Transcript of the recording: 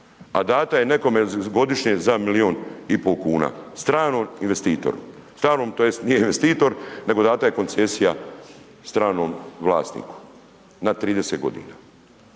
a dato je nekome godišnje za milijun i pol kuna, stranom investitoru, starom, tj. nije investitor, nego dana je koncesija stranom vlasniku, na 30 g.